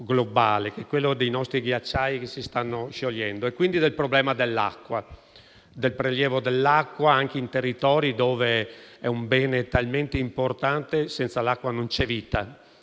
globale, dei nostri ghiacciai che si stanno sciogliendo, quindi del problema dell'acqua e del prelievo dell'acqua anche in territori dove è un bene troppo importante: senza l'acqua non c'è vita,